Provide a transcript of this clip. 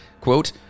Quote